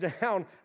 down